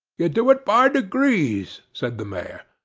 you do it by degrees said the mayor.